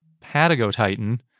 Patagotitan